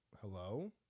Hello